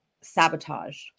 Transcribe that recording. sabotage